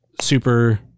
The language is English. Super